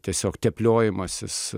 tiesiog tepliojimasis